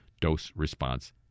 dose-response